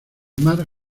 mar